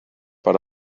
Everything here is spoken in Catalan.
per